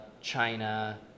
China